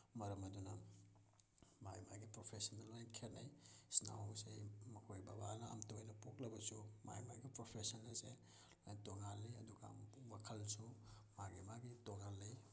ꯃꯔꯝ ꯑꯗꯨꯅ ꯃꯥꯒꯤ ꯃꯥꯒꯤ ꯄ꯭ꯔꯣꯐꯦꯁꯟꯗ ꯂꯣꯏꯅ ꯈꯦꯠꯅꯩ ꯏꯆꯤꯜ ꯏꯅꯥꯎꯁꯦ ꯃꯈꯣꯏ ꯕꯕꯥꯅ ꯑꯃꯠꯇ ꯑꯣꯏꯅ ꯄꯣꯛꯂꯕꯁꯨ ꯃꯥꯏ ꯃꯥꯒꯤ ꯄ꯭ꯔꯣꯐꯦꯁꯟ ꯑꯁꯦ ꯂꯣꯏꯅ ꯇꯣꯉꯥꯜꯂꯤ ꯑꯗꯨꯒ ꯋꯥꯈꯜꯁꯨ ꯃꯥꯒꯤ ꯃꯥꯒꯤ ꯇꯣꯉꯥꯜꯂꯤ